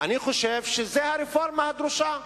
אני חושב שזו הרפורמה הדרושה,